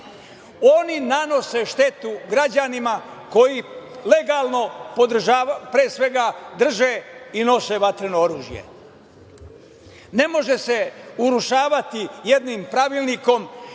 Oni nanose štetu građanima koji legalno, pre svega, drže i nose vatreno oružje. Ne može se urušavati jednim pravilnikom